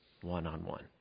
one-on-one